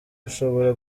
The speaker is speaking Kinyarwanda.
ushobora